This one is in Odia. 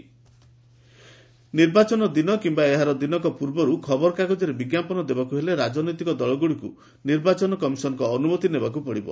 ଇସିଆଇ ଆଡ୍ଭର୍ଟାଇଜମେଣ୍ଟ ନିର୍ବାଚନ ଦିନ କିମ୍ବା ଏହାର ଦିନକ ପୂର୍ବରୁ ଖବର କାଗଜରେ ବିଜ୍ଞାପନ ଦେବାକୁ ହେଲେ ରାଜନୈତିକ ଦଳଗୁଡ଼ିକୁ ନିର୍ବାଚନ କମିଶନଙ୍କ ଅନୁମତି ନେବାକୁ ପଡ଼ିବ